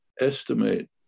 estimate